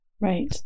Right